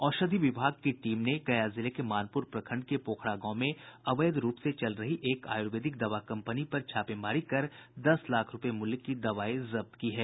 औषधि विभाग की टीम ने गया जिले के मानपुर प्रखंड के पोखड़ा गांव में अवैध रूप से चल रही एक आयुर्वेदिक दवा कम्पनी पर छापेमारी कर दस लाख रूपये मूल्य की दवाई जब्त की है